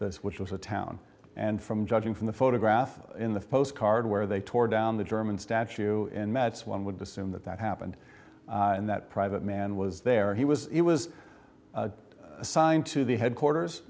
that which was a town and from judging from the photograph in the postcard where they tore down the german statue in metz one would assume that that happened and that private man was there he was it was assigned to the headquarters